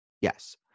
yes